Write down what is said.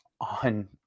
on